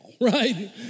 right